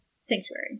sanctuary